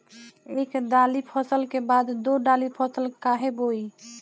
एक दाली फसल के बाद दो डाली फसल काहे बोई?